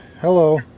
Hello